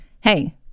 hey